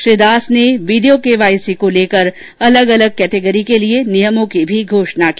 श्री दास ने video KYC को लेकर अलग अलग कैटेगरी के लिये नियमों की भी घोषणा की